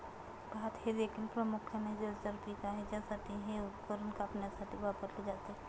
भात हे देखील प्रामुख्याने जलचर पीक आहे ज्यासाठी हे उपकरण कापण्यासाठी वापरले जाते